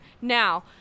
now